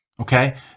Okay